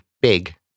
big